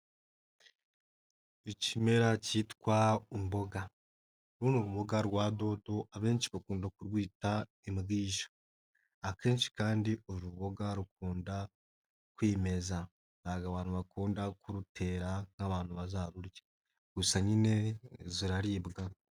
Ikimera kitwa imboga, runo rubuga rwa dodo abenshi bakunda kurwita imbwija akenshi kandi urubuga rukunda kwimeza ntabwo abantu bakunda kurutera nk'abantu bazarurya gusa nyine ziraribwa.